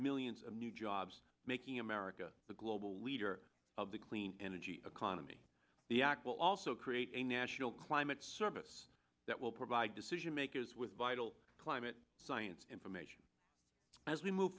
millions of new jobs making america the global leader of the clean energy economy the act will also create a national climate service that will provide decision makers with vital climate science information as we move